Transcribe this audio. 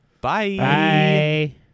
bye